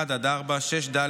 1 4, 6(ד)